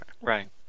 Right